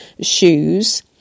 shoes